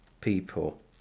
people